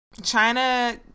China